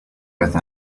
with